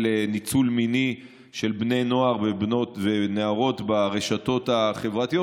ניצול מיני של בני נוער ונערות ברשתות החברתיות.